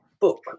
book